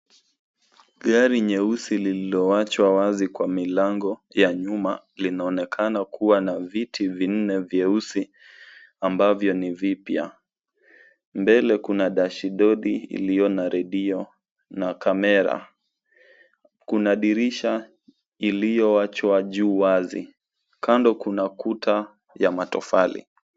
Gari nyeusi liliowachwa wazi kwa milango ya nyuma linaonekana kuwa na viti vinne ambavyo ni vipya. Pia kuna dashibodi iliyo na redio na kamera. Kuna dirisha iliyowachwa juu wazi. Kando kuna kuta ya matofali.